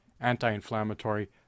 anti-inflammatory